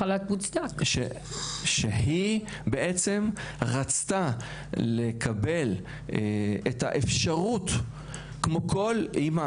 שהיא בעצם רצתה לקבל את האפשרות כמו כל אימא